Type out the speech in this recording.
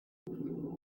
elle